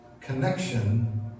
Connection